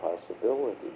possibility